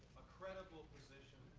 a credible position,